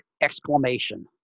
exclamation